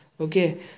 okay